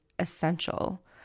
Essential